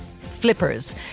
flippers